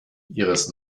ihres